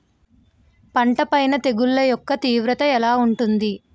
పంట పైన తెగుళ్లు యెక్క తీవ్రత ఎలా ఉంటుంది